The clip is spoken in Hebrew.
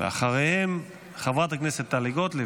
ואחריהם, חברת הכנסת טלי גוטליב.